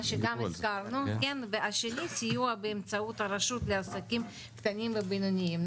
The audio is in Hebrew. מה שגם הזכרנו והשניה זה סיוע באמצעות הרשות לעסקים קטנים ובינוניים.